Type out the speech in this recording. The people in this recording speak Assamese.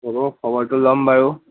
হ'ব খবৰটো ল'ম বাৰু